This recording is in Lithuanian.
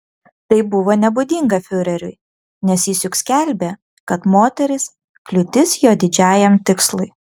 tai buvo nebūdinga fiureriui nes jis juk skelbė kad moterys kliūtis jo didžiajam tikslui